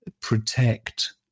Protect